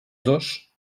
dos